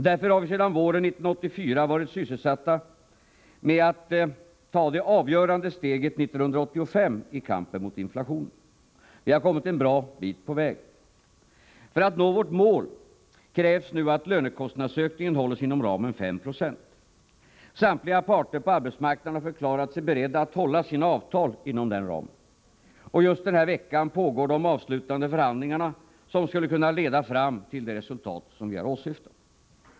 Därför har vi sedan våren 1984 varit sysselsatta med att ta det avgörande steget 1985 i kampen mot inflationen. Vi har kommit en bra bit på väg. För att vi skall nå vårt mål krävs nu att lönekostnadsökningen hålls inom ramen 5 90. Samtliga parter på arbetsmarknaden har förklarat sig beredda att hålla sina avtal inom den ramen. Just den här veckan pågår de avslutande förhandlingarna, som skulle kunna leda fram till det resultat som vi har åsyftat.